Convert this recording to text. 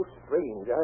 strange